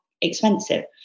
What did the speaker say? expensive